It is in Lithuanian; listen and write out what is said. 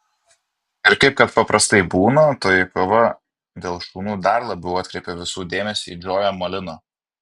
ir kaip kad paprastai būna toji kova dėl šunų dar labiau atkreipė visų dėmesį į džoją molino